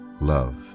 love